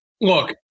Look